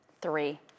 three